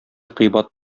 кыйбат